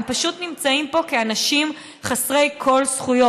הם פשוט נמצאים פה כאנשים חסרי כל זכויות.